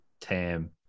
Tam